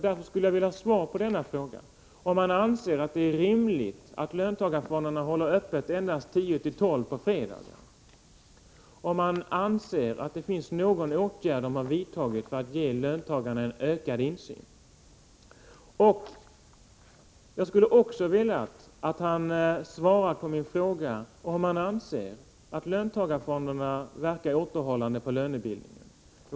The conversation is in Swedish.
Därför skulle jag vilja ha svar på frågan om finansministern anser det rimligt att löntagarfonderna håller öppet endast kl. 10-12 på fredagar och om han anser att någon åtgärd har vidtagits för att ge löntagarna ökad insyn. Jag skulle också vilja att finansministern svarade på frågan om han anser att löntagarfonderna verkar återhållande på lönebildningen.